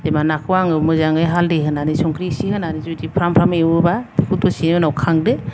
जेनबा नाखौ आङो मोजाङै हाल्दै होनानै संख्रि एसे होनानै जुदि फ्राम फ्राम एवोबा बेखौ दसे उनाव खांदो